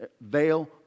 Veil